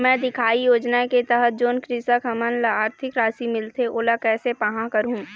मैं दिखाही योजना के तहत जोन कृषक हमन ला आरथिक राशि मिलथे ओला कैसे पाहां करूं?